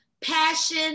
passion